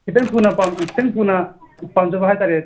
ꯈꯤꯇꯪ ꯊꯨꯅ ꯄꯥꯝ ꯑꯥ ꯈꯤꯇꯪ ꯊꯨꯅ ꯄꯥꯝꯖꯕ ꯍꯥꯏꯇꯔꯦ